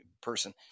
person